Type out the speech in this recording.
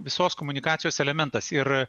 visos komunikacijos elementas ir